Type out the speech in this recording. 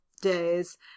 days